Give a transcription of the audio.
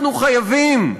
אנחנו חייבים,